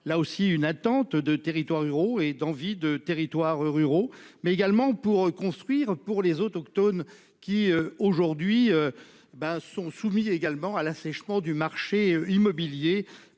là aussi une attente de territoires ruraux et d'envie de territoires ruraux mais également pour construire pour les autochtones qui aujourd'hui bah sont soumis également à l'assèchement du marché immobilier